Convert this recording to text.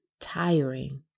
tiring